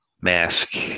Mask